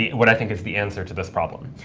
what i think is the answer to this problem.